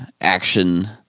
action